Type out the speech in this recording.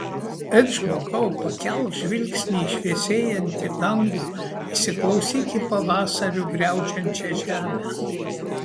et žmogau pakelk žvilgsnį į šviesėjantį dangų įsiklausyk į pavasariu griaudžiančią žemę